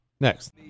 Next